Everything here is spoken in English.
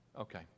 Okay